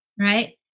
right